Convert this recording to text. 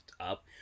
up